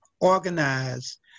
organize